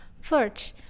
First